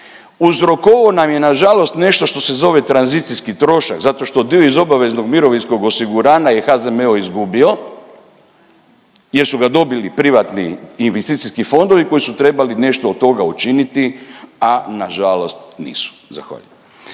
uzrokovao nam je nažalost nešto što se zove tranzicijski trošak zato što dio iz obaveznog mirovinskog osiguranja je HZMO izgubio jer su ga dobili privatni investicijski fondovi koji su trebali nešto od toga učiniti, a nažalost nisu,